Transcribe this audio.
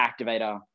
activator